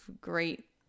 great